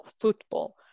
football